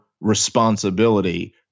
responsibility